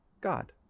god